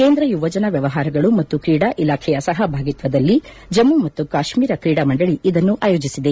ಕೇಂದ್ರ ಯುವಜನ ವ್ಯವಹಾರಗಳು ಮತ್ತು ತ್ರೀಡಾ ಇಲಾಖೆಯ ಸಹಭಾಗಿತ್ವದಲ್ಲಿ ಜಮ್ನು ಮತ್ತು ಕಾತ್ನೀರ ಕ್ರೀಡಾಮಂಡಳಿ ಇದನ್ನು ಆಯೋಜಿಸಿದೆ